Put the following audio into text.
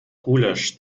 gulasch